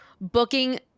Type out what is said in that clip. booking